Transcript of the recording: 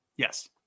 Yes